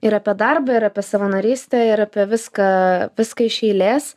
ir apie darbą ir apie savanorystę ir apie viską viską iš eilės